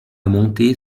monter